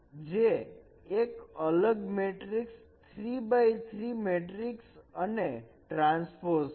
જે એક અલગ મેટ્રિકસ 3 x 3 મેટ્રિક્સ અને ટ્રાન્સપોઝ છે